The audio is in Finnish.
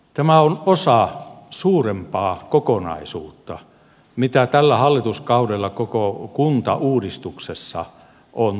tämä on osa suurempaa kokonaisuutta mitä tällä hallituskaudella koko kuntauudistuksessa on tehty